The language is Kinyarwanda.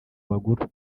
bagura